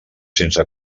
sense